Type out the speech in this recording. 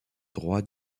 droit